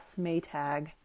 Maytag